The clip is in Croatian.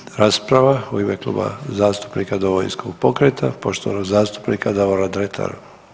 Slijedi rasprava u ime Kluba zastupnika Domovinskog pokreta, poštovanog zastupnika Davora Dretara.